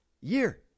year